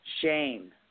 shame